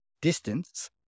distance